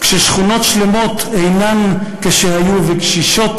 כששכונות שלמות אינן כשהיו וקשישות